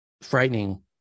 frightening